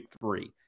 three